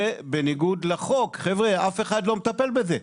זה בניגוד לחוק, חבר'ה, אף אחד לא מטפל בזה.